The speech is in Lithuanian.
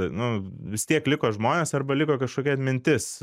nu vis tiek liko žmonės arba liko kažkokia atmintis